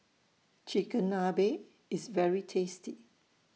Chigenabe IS very tasty